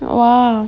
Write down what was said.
!wah!